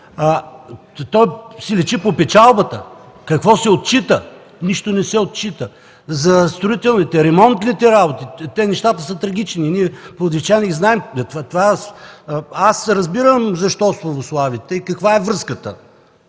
То си личи по печалбата. Какво се отчита? Нищо не се отчита! За строителните, ремонтните работи нещата са трагични. Ние, пловдивчани, знаем. Аз разбирам защо славословите и каква е връзката.